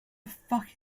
fuck